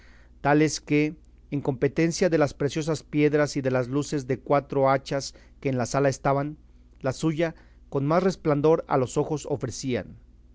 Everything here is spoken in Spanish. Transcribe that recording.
tales que en competencia de las preciosas piedras y de las luces de cuatro hachas que en la sala estaban la suya con más resplandor a los ojos ofrecían